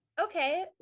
Okay